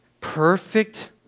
perfect